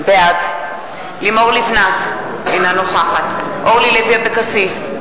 בעד לימור לבנת, אינה נוכחת אורלי לוי אבקסיס,